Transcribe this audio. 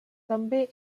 també